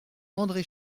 andré